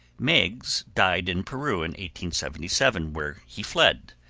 meiggs died in peru in seventy seven, where he fled,